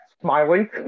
smiling